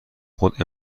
خود